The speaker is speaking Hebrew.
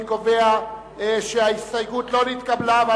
אני קובע שההסתייגות לא נתקבלה.